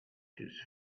his